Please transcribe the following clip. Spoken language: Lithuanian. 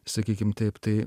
sakykim taip tai